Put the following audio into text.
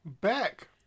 Back